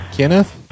Kenneth